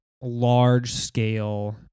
large-scale